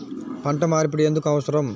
పంట మార్పిడి ఎందుకు అవసరం?